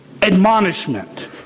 Admonishment